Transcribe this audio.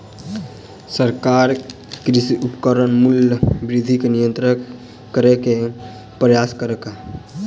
सरकार कृषि उपकरणक मूल्य वृद्धि के नियंत्रित करै के प्रयास कयलक